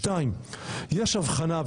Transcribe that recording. שתיים יש הבחנה,